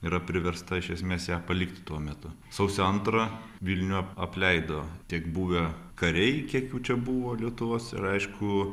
yra priversta iš esmės ją palikti tuo metu sausio antrą vilnių apleido tiek buvę kariai kiek jų čia buvo lietuvos ir aišku